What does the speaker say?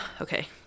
Okay